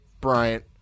Bryant